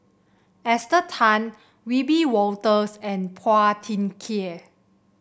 Esther Tan Wiebe Wolters and Phua Thin Kiay